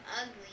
ugly